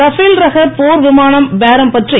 Rafale ரக போர் விமானப் பேரம் பற்றி